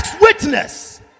witness